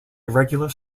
irregular